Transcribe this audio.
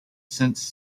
since